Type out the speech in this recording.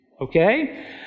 Okay